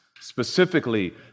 specifically